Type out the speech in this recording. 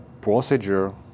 procedure